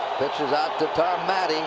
pitches out to tom matte.